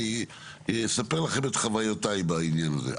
אני אספר לכם את חוויותיי בעניין הזה.